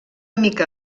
mica